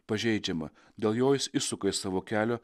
pažeidžiamą dėl jo jis išsuka iš savo kelio